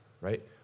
right